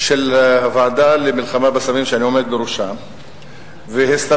אני חייב להגיד שאני לא מתרשם שהבעיה היא מחסור בשעות לימוד.